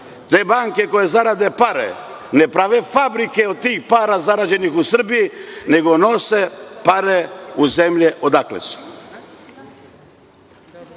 Te banke koje zarade pare ne prave fabrike od tih para zarađenih u Srbiji, nego nose pare u zemlje odakle su.